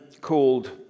called